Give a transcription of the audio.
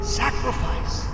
sacrifice